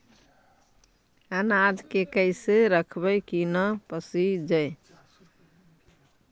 अनाज के कैसे रखबै कि न पसिजै?